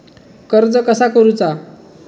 कर्ज कसा करूचा?